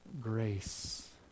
grace